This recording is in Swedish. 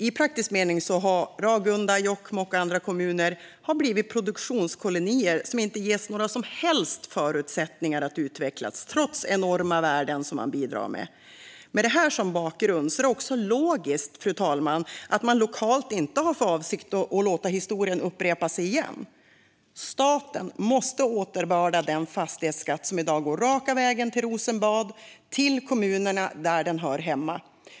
I praktisk mening har Ragunda, Jokkmokk och andra kommuner blivit produktionskolonier som inte ges några som helst förutsättningar att utvecklas, trots de enorma värden som de bidrar med. Med det här som bakgrund är det också logiskt, fru talman, att man lokalt inte har för avsikt att låta historien upprepa sig. Staten måste återbörda den fastighetsskatt som i dag går raka vägen till Rosenbad till kommunerna där den hör hemma.